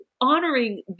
honoring